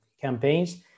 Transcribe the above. campaigns